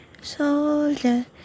soldier